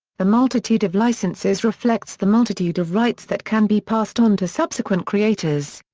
the multitude of licenses reflects the multitude of rights that can be passed on to subsequent creators.